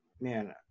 man